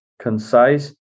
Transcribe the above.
concise